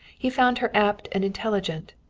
he found her apt and intelligent,